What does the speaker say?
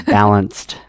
balanced